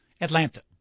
Atlanta